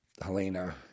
Helena